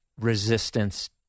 resistance